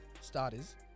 starters